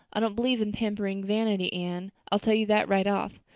i don't believe in pampering vanity, anne, i'll tell you that right off.